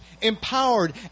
empowered